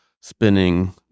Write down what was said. spinning